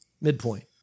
midpoint